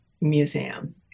Museum